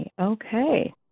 Okay